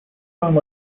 sound